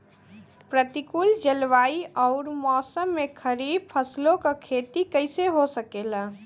प्रतिकूल जलवायु अउर मौसम में खरीफ फसलों क खेती कइसे हो सकेला?